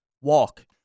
walk